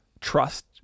trust